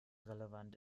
relevant